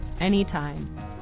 anytime